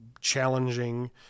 challenging